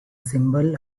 symbol